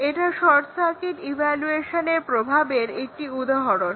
এটা short circuit ইভ্যালুয়েশনের প্রভাবের একটি উদাহরণ